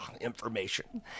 information